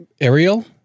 Ariel